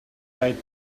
right